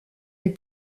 les